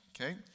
Okay